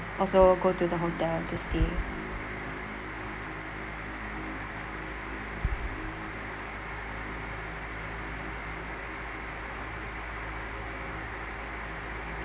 also go to the hotel to stay